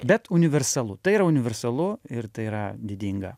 bet universalu tai yra universalu ir tai yra didinga